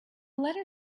letter